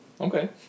Okay